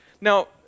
Now